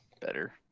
better